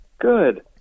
good